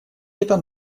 этом